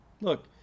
Look